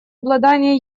обладания